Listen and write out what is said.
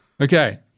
Okay